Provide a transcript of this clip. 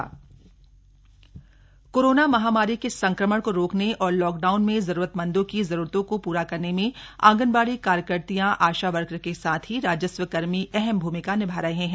green zone Udham Singh Nagar corona महामारी के संक्रमण को रोकने और लॉकडाउन में जरूरतमंदों की जरूरतों को पूरा करने में आंगनबाड़ी कार्यकर्त्रियां आशा वर्कर के साथ ही राजस्व कर्मी अहम भूमिका निभा रहे हैं